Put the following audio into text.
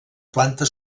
planta